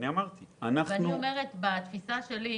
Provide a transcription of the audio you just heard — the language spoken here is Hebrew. --- בתפיסה שלי,